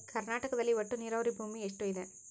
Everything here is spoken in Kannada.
ಕರ್ನಾಟಕದಲ್ಲಿ ಒಟ್ಟು ನೇರಾವರಿ ಭೂಮಿ ಎಷ್ಟು ಇದೆ?